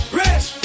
rich